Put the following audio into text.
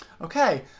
okay